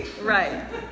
Right